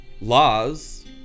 laws